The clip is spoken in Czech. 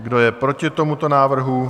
Kdo je proti tomuto návrhu?